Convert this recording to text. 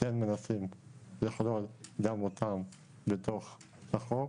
כן מנסים לכלול גם אותם בתוך החוק.